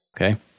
Okay